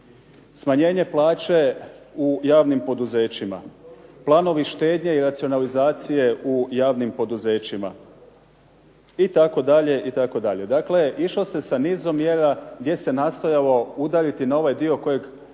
smanjenje plaće u javnim poduzećima, planovi štednje i racionalizacije u javnim poduzećima itd. itd. Dakle, išlo se sa nizom mjera gdje se nastojalo udariti na ovaj dio kojeg